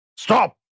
Stop